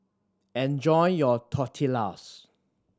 enjoy your Tortillas